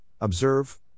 observe